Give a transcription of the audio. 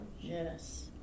Yes